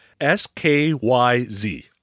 S-K-Y-Z